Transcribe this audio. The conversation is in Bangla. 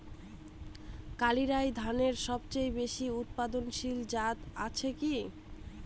কালিরাই ধানের সবচেয়ে বেশি উৎপাদনশীল জাত আছে কি?